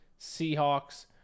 Seahawks